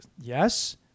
yes